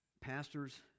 pastors